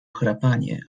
chrapanie